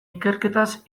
ikerketaz